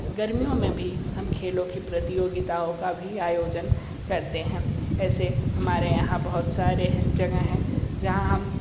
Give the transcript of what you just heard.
गर्मियों में भी हम खेलों की प्रतियोगिताओं का भी आयोजन करते हैं ऐसे हमारे यहाँ बहुत सारे जगह है जहाँ हम